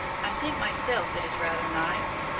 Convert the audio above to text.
i think myself it is rather nice.